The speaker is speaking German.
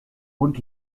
und